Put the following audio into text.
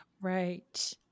Right